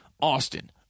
Austin